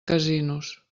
casinos